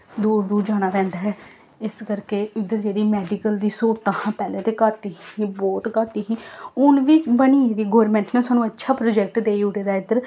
दूर दूर जाना पैंदा ऐ इस करके इद्धर जेह्ड़ी मैडिकल दी स्हूलतां हां पैह्लें ते घट्ट ही ब्हौत घट्ट ही हून बी बनी दी गौरमैंट ने सानूं अच्छा प्रोजैक्ट देई ओड़े दा ऐ इद्धर